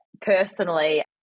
personally